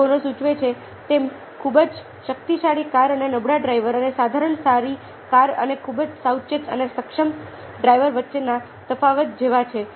D Bono સૂચવે છે તેમ ખૂબ જ શક્તિશાળી કાર અને નબળા ડ્રાઈવર અને સાધારણ સારી કાર અને ખૂબ જ સાવચેત અને સક્ષમ ડ્રાઈવર વચ્ચેના તફાવત જેવો છે